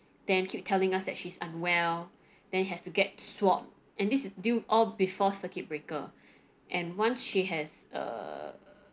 then keep telling us that she's unwell then it has to get swabbed and this is due all before circuit-breaker and once she has err